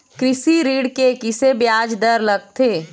कृषि ऋण के किसे ब्याज दर लगथे?